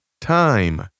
Time